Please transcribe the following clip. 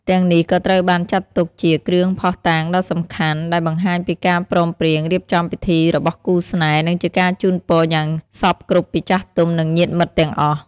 ទាំងនេះក៏ត្រូវបានចាត់ទុកជា គ្រឿងភ័ស្តុតាង ដ៏សំខាន់ដែលបង្ហាញពីការព្រមព្រៀងរៀបចំពិធីរបស់គូស្នេហ៍ និងជាការជូនពរយ៉ាងសព្វគ្រប់ពីចាស់ទុំ និងញាតិមិត្តទាំងអស់។